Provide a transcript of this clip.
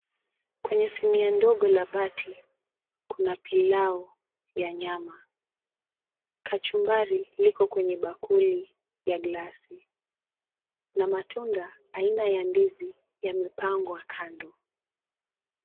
Kwenye sinia ndogo la bati, kuna pilau ya nyama. Kachumbari liko kwenye bakuli ya glasi na matunda aina ya ndizi, yamepangwa kando.